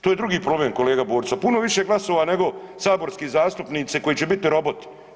To je drugi problem kolega Borić sa puno više glasova nego saborski zastupnici koji će biti roboti.